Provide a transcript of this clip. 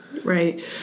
Right